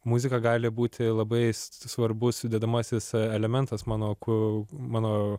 muzika gali būti labai svarbus sudedamasis elementas mano kū mano